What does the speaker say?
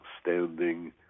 standing